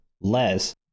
less